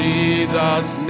Jesus